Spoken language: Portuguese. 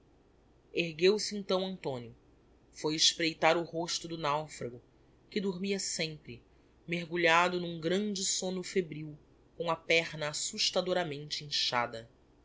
matto ergueu-se então antonio foi espreitar o rosto do naufrago que dormia sempre mergulhado n'um grande somno febril com a perna assustadoramente inchada